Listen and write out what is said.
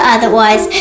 Otherwise